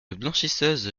blanchisseuse